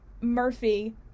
Murphy